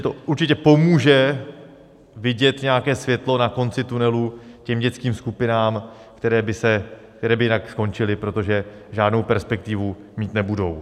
To určitě pomůže vidět nějaké světlo na konci tunelu dětským skupinám, které by jinak skončily, protože žádnou perspektivu mít nebudou.